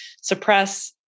suppress